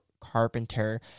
carpenter